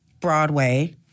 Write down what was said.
Broadway